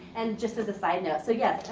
and just as a side note. so, yeah